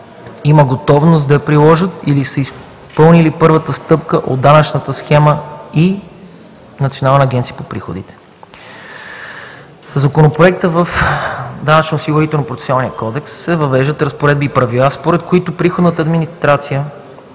има готовност да я приложат или са изпълнили първата стъпка от данъчната схема и НАП. Със законопроекта в Данъчно-осигурителния процесуален кодекс се въвеждат разпоредби и правила, според които приходната администрация